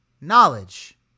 knowledge